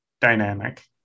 dynamic